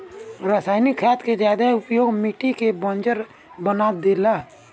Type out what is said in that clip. रासायनिक खाद के ज्यादा उपयोग मिट्टी के बंजर बना देला